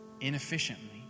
Inefficiently